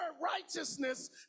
righteousness